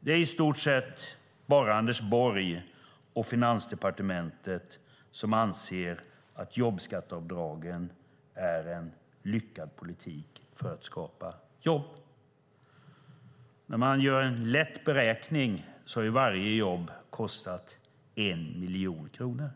Det är i stort sett bara Anders Borg och Finansdepartementet som anser att jobbskatteavdragen är en lyckad politik för att skapa jobb. En enkel beräkning visar att varje jobb har kostat en miljon kronor.